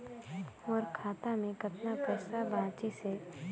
मोर खाता मे कतना पइसा बाचिस हे?